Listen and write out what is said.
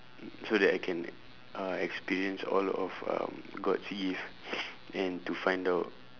so that I can uh experience all of um god's gift and to find out